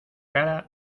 cara